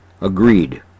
agreed